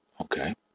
Okay